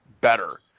better